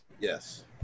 Yes